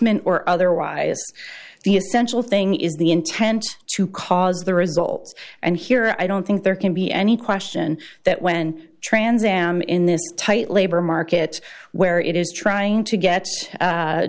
ment or otherwise the essential thing is the intent to cause the results and here i don't think there can be any question that when trans am in this tight labor market where it is trying to get